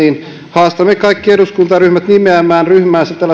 haastamme kaikki eduskuntaryhmät nimeämään ryhmästä